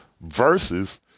versus